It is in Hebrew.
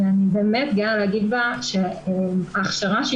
ואני באמת גאה להגיד שההכשרה שהיא